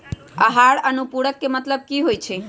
आहार अनुपूरक के मतलब की होइ छई?